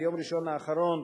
ביום ראשון האחרון,